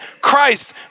Christ